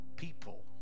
people